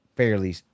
Fairly